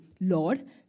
Lord